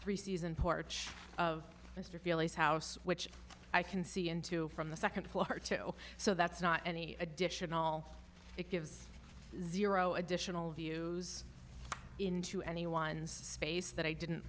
three season porch of mr feelies house which i can see into from the second floor to so that's not any additional it gives zero additional views into anyone's space that i didn't